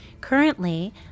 Currently